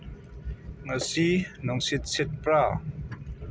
ꯉꯁꯤ ꯅꯣꯡꯁꯤꯠ ꯁꯤꯠꯄ꯭ꯔꯥ